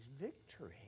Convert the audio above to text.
victory